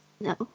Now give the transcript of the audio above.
No